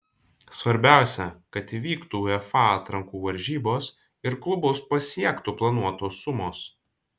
svarbiausia kad įvyktų uefa atrankų varžybos ir klubus pasiektų planuotos sumos